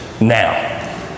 now